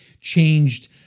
Changed